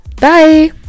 Bye